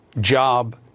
job